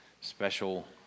special